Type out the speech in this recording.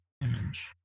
image